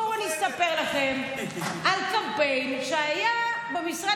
בואו אני אספר לכם על קמפיין שהיה במשרד